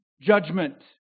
judgment